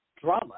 drama